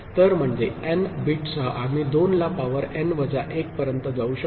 तर म्हणजे एन बीटसह आम्ही दोन ला पावर एन वजा 1 पर्यंत जाऊ शकतो